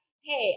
hey